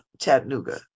chattanooga